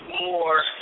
more